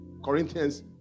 Corinthians